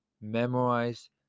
memorize